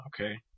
Okay